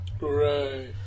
right